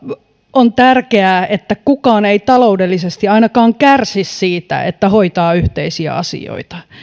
on tärkeää että kukaan ei ainakaan taloudellisesti kärsi siitä että hoitaa yhteisiä asioita